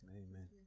amen